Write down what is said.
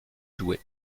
douai